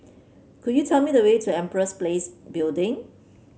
could you tell me the way to Empress Place Building